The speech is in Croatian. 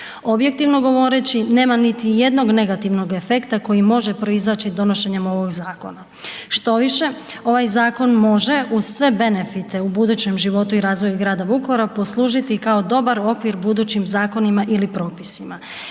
Objektivno govoreći nema niti jednog negativnog efekta koji može proizaći donošenjem ovoga Zakona. Što više, ovaj zakon može uz sve benefite u budućem životu i razvoju Grada Vukovara poslužiti i kao dobar okvir budućim zakonima ili propisima.